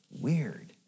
weird